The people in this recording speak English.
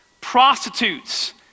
prostitutes